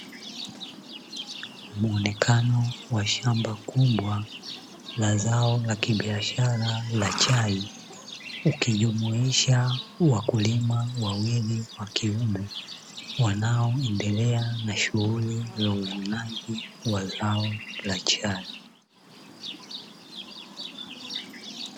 Muonekano wa shamba kubwa la zao la kibiashara la chai ukijumuisha wakulima wawili wa kiume wanaoendelea na shughuli za uvunaji wa zao la chai.